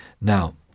Now